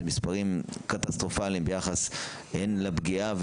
זה מספרים קטסטרופליים ביחס הן לפגיעה,